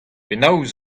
penaos